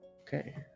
Okay